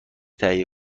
تهیه